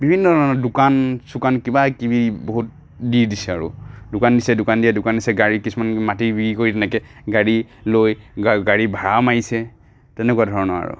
বিভিন্ন ধৰণৰ দোকান চোকান কিবা কিবি বহুত দি দিছে আৰু দোকান দিছে দোকান দিয়াই দোকান দিছে গাড়ী কিছুমানে মাটি বিক্ৰি কৰি নেকেড গাড়ী লৈ গা গাড়ী ভাড়া মাৰিছে তেনেকুৱা ধৰণৰ আৰু